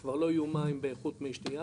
כבר לא יהיו מים באיכות שתיה,